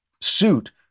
suit